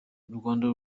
rwanda